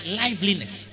liveliness